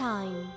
Time